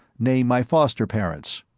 name my foster-parents.